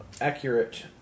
accurate